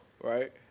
right